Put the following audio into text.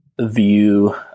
view